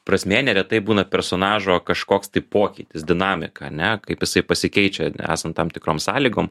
prasmė neretai būna personažo kažkoks tai pokytis dinamika ane kaip jisai pasikeičia esant tam tikrom sąlygom